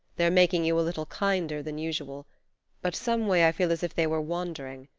they're making you a little kinder than usual but some way i feel as if they were wandering,